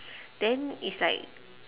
then it's like